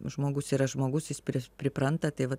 žmogus yra žmogus jis pripranta tai va